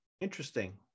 Interesting